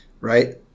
right